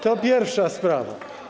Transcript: To pierwsza sprawa.